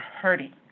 hurting